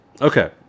okay